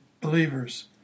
believers